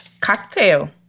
Cocktail